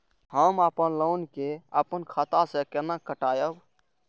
हम अपन लोन के अपन खाता से केना कटायब?